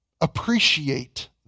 Appreciate